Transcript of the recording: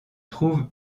trouve